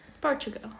portugal